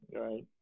right